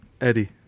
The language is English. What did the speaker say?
Eddie